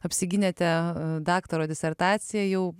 apsigynėte daktaro disertaciją jau